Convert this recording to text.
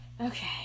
Okay